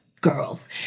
girls